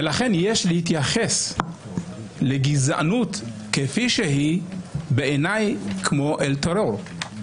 ולכן יש להתייחס לגזענות כפי שהיא בעיניי כאל טרור.